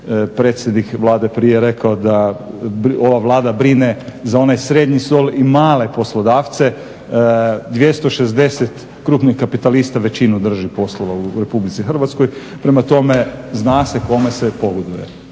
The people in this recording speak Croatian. predsjednik Vlade prije rekao da ova Vlada brine za onaj srednji sloj i male poslodavce. 260 krupnih kapitalista većinu drži poslova u Republici Hrvatskoj, prema tome zna se kome se pogoduje